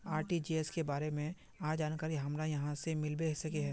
RTGS के बारे में आर जानकारी हमरा कहाँ से मिलबे सके है?